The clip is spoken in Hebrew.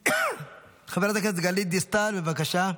חברת הכנסת דלית דיסטל, בבקשה.